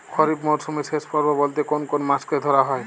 খরিপ মরসুমের শেষ পর্ব বলতে কোন কোন মাস কে ধরা হয়?